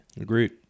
Agreed